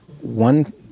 one